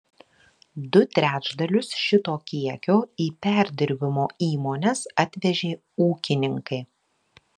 du trečdalius šito kiekio į perdirbimo įmones atvežė ūkininkai